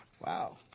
Wow